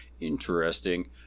interesting